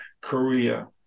korea